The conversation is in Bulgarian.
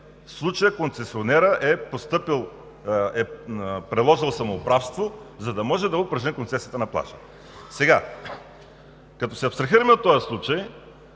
случая концесионерът е приложил самоуправство, за да може да упражни концесията на плажа. Като се абстрахираме от този случай,